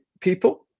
people